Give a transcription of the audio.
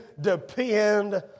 depend